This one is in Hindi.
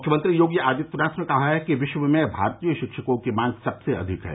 मुख्यमंत्री योगी आदित्यनाथ ने कहा कि विश्व में भारतीय शिक्षकों की मांग सबसे अधिक है